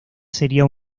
sería